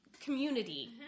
community